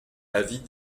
avis